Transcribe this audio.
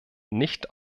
nicht